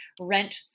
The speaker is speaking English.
rent